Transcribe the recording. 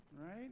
right